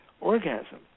orgasm